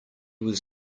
was